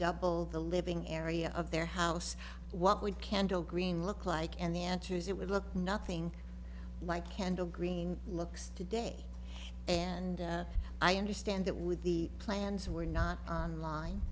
double the living area of their house what would candle green look like and answers it would look nothing like candle green looks today and i understand that with the plans were not on line